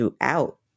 throughout